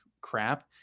crap